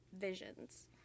visions